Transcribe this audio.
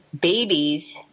babies